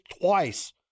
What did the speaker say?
twice